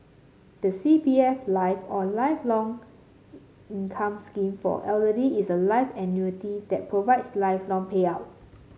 the C P F Life or Lifelong Income Scheme for Elderly is a life annuity that provides lifelong payout